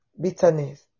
bitterness